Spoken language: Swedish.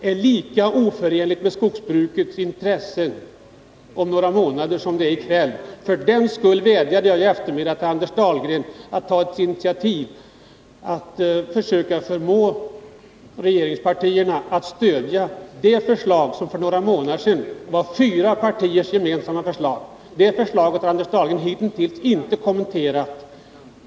Herr talman! Självfallet inte — det socialdemokratiska förslaget är liksom regeringens proposition lika oförenligt med skogsbrukets intressen om några månader som det är i kväll. För den skull vädjade jag i eftermiddags till Anders Dahlgren att försöka förmå regeringspartierna att stödja det förslag som för några månader sedan var fyra partiers gemensamma förslag — det förslaget har Anders Dahlgren hittills inte kommenterat.